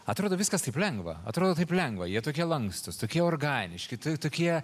atrodo viskas taip lengva atrodo taip lengva jie tokie lankstūs tokie organiški tai tokie